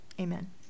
Amen